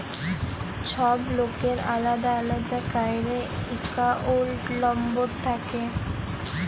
ছব লকের আলেদা আলেদা ক্যইরে একাউল্ট লম্বর থ্যাকে